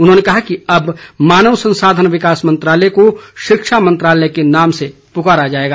उन्होंने कहा कि अब मानव संसाधन विकास मंत्रालय को शिक्षा मंत्रालय के नाम से पुकारा जाएगा